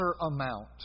amount